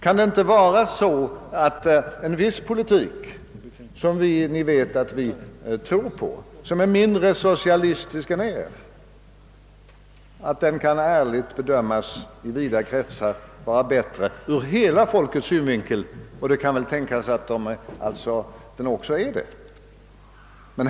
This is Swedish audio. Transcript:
Kan det inte vara så att en viss politik, som Ni vet att vi tror på och som är mindre socialistisk än Er, i vida kretsar ärligen bedöms vara bättre ur hela folkets synvinkel och också är det?